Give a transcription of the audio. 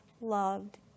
loved